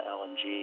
lng